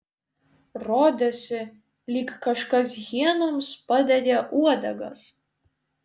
rodėsi lyg kažkas hienoms padegė uodegas